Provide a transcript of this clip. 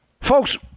Folks